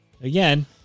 Again